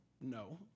No